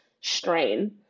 strain